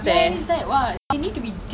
dey everyone will fall there dah